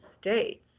states